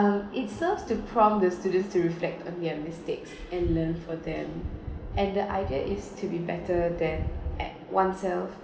it serves to prompt the students to reflect on their mistakes and learn for them and the idea is to be better than at oneself